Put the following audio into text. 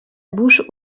bouche